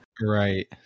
Right